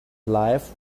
life